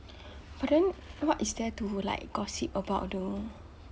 but then what is there to like gossip about though